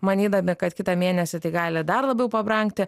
manydami kad kitą mėnesį tai gali dar labiau pabrangti